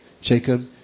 Jacob